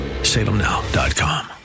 salemnow.com